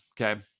Okay